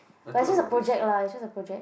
but it's just a project lah it's just a project